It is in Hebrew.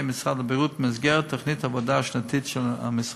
משרד הבריאות במסגרת תוכנית העבודה השנתית של המשרד.